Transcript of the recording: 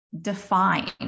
define